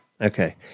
Okay